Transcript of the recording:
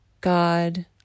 God